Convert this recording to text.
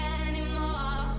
anymore